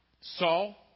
Saul